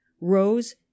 rose